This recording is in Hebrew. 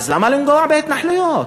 אז למה לנגוע בהתנחלויות?